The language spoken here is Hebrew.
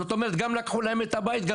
זאת אומרת גם לקחו להם את הבית וגם